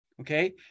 okay